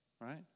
right